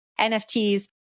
nfts